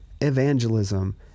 evangelism